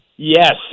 Yes